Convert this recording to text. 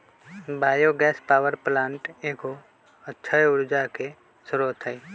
bio gas power plant एगो अक्षय ऊर्जा के स्रोत हइ